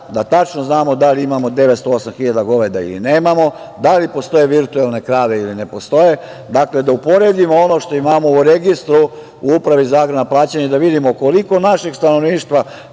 da tačno znamo da li imamo 908.000 goveda ili nemamo, da li postoje virtuelne krave ili ne postoje. dakle, da uporedimo ono što imamo u registru u Upravi za agrarna plaćanja i da vidimo koliko našeg stanovništva